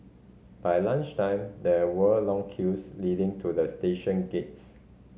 by lunch time there were long queues leading to the station gates